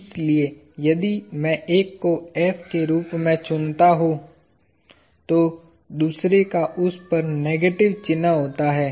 इसलिए यदि मैं एक को F के रूप में चुनता हूं तो दूसरे का उस पर नेगेटिव चिन्ह होता है